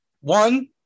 One